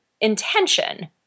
intention